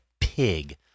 pig